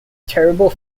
terrible